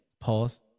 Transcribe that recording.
pause